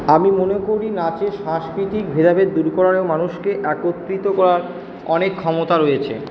আমি মনে করি নাচে সাংস্কৃতিক ভেদাভেদ দূর করার মানুষকে একত্রিত করার অনেক ক্ষমতা রয়েছে